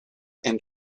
and